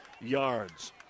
yards